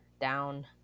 down